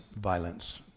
violence